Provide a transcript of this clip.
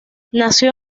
nació